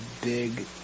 big